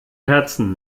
herzen